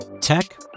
tech